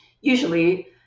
usually